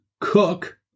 cook